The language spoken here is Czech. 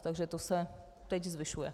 Takže to se teď zvyšuje.